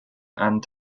and